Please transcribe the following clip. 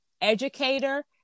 educator